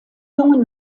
jungen